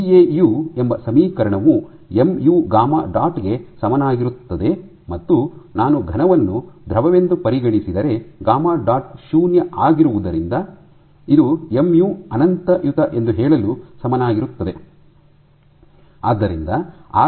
ಟಿಎಯು ಎಂಬ ಸಮೀಕರಣವು M U gamma dot ಗೆ ಸಮನಾಗಿರುತ್ತದೆ ಮತ್ತು ನಾನು ಘನವನ್ನು ದ್ರವವೆಂದು ಪರಿಗಣಿಸಿದರೆ ಗಾಮಾ ಡಾಟ್ ಶೂನ್ಯ ಆಗಿರುವುದರಿಂದ ಇದು ಎಮ್ ಯು ಅನಂತಯುತ ಎಂದು ಹೇಳಲು ಸಮನಾಗಿರುತ್ತದೆ